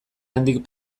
handik